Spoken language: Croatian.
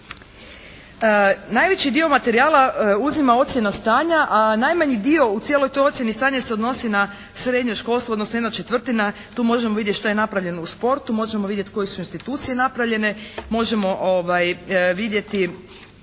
Najveći dio materijala uzima ocjena stanja a najmanji dio u cijeloj toj ocjeni stanja se odnosi na srednje školstvo odnosno 1/4. Tu možemo vidjeti šta je napravljeno u športu, možemo vidjeti koje su institucije napravljene, možemo vidjeti